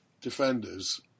defenders